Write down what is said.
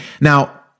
Now